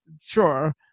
sure